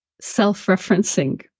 self-referencing